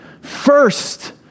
First